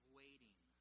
waiting